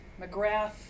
McGrath